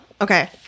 okay